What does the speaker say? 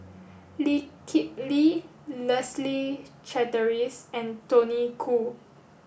Lee Kip Lee Leslie Charteris and Tony Khoo